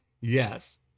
yes